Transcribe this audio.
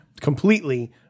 completely